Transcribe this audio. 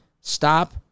stop